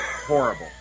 horrible